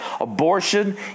Abortion